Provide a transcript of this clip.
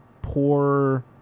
Poor